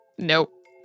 Nope